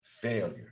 Failure